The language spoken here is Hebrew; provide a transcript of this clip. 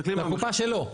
בקופה שלו?